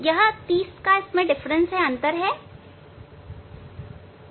यह 30 का अंतर है